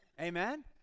Amen